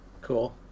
cool